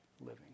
living